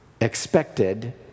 expected